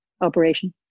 operation